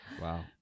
Wow